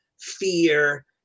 fear